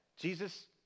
Jesus